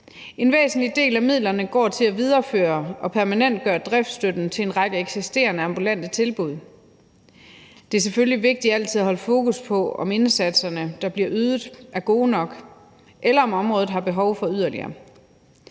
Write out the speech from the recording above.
En væsentlig del af midlerne går til at videreføre og permanentgøre driftsstøtten til en række eksisterende ambulante tilbud. Det er selvfølgelig vigtigt altid at holde fokus på, om indsatserne, der bliver ydet, er gode nok, eller om området har behov for yderligere.